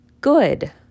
good